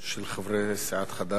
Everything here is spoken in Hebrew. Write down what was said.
שבתוכם נמצא חבר הכנסת דב חנין.